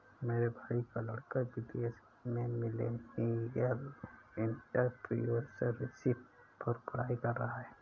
मेरे भाई का लड़का विदेश में मिलेनियल एंटरप्रेन्योरशिप पर पढ़ाई कर रहा है